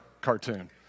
cartoon